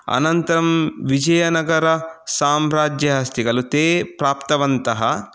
अनन्तरं विजयनगरसाम्राज्य अस्ति खलु ते प्राप्तवन्तः